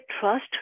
trust